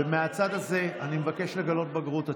ומהצד הזה אני מבקש לגלות בגרות.